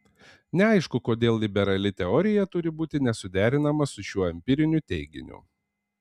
neaišku kodėl liberali teorija turi būti nesuderinama su šiuo empiriniu teiginiu